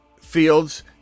Fields